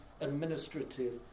administrative